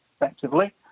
effectively